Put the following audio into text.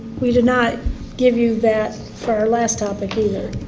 we did not give you that for our last topic either.